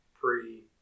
pre-